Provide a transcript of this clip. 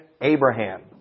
Abraham